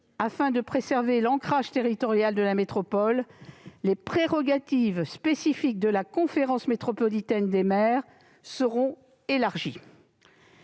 afin de préserver l'ancrage territorial de la métropole, les prérogatives spécifiques de la conférence métropolitaine des maires seront élargies.